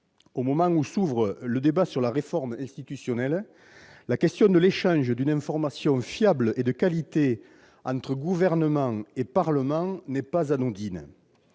Au moment où s'ouvre le débat sur la réforme institutionnelle, la question de l'échange d'une information fiable et de qualité entre Gouvernement et Parlement n'est pas anodine.